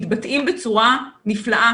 מתבטאים בצורה נפלאה,